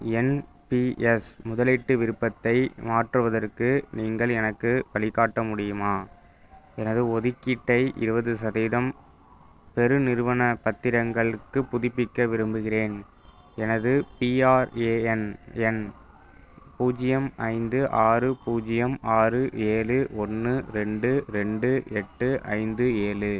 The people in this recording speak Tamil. என்பிஎஸ் முதலீட்டு விருப்பத்தை மாற்றுவதற்கு நீங்கள் எனக்கு வழிகாட்ட முடியுமா எனது ஒதுக்கீட்டை இருபது சதவீதம் பெரு நிறுவன பத்திரங்களுக்குப் புதுப்பிக்க விரும்புகிறேன் எனது பிஆர்ஏஎன் எண் பூஜ்ஜியம் ஐந்து ஆறு பூஜ்ஜியம் ஆறு ஏழு ஒன்று ரெண்டு ரெண்டு எட்டு ஐந்து ஏழு